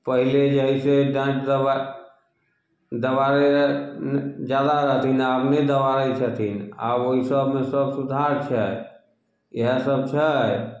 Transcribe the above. पहिले जे हइ से डाँटि दबा दबारै जादा रहथिन आब नहि दबारै छथिन आब ओइ सभमे सभ सुधार छै इएहे सभ छै